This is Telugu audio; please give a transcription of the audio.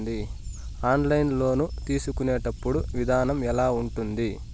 ఆన్లైన్ లోను తీసుకునేటప్పుడు విధానం ఎలా ఉంటుంది